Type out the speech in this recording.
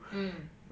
mm